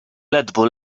ledwo